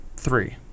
Three